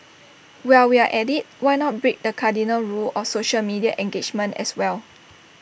while we are at IT why not break the cardinal rule of social media engagement as well